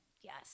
yes